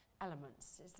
elements